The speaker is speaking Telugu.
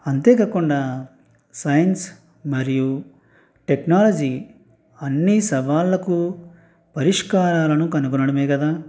అంతే కాకుండా సైన్స్ మరియు టెక్నాలజీ అన్ని సవాళ్ళకు పరిష్కారాలను కనుగొనడమే కదా